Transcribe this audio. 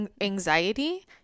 Anxiety